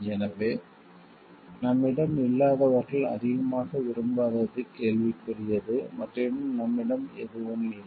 எனவே நம்மிடம் இல்லாதவர்கள் அதிகமாக விரும்பாதது கேள்விக்குரியது மற்றும் நம்மிடம் எதுவும் இல்லை